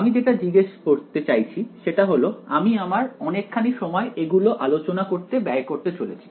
আমি যেটা জিজ্ঞেস করতে চাইছি সেটা হলো আমি আমার অনেকখানি সময় এগুলো আলোচনা করতে ব্যয় করতে চলেছি